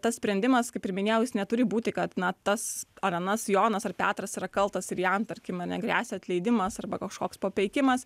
tas sprendimas kaip ir minėjau jis neturi būti kad na tas ar anas jonas ar petras yra kaltas ir jam tarkim ane gresia atleidimas arba kažkoks papeikimas